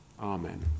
Amen